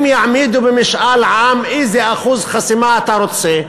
אם יעמידו למשאל עם את השאלה איזה אחוז חסימה אתה רוצה,